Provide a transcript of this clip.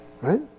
Right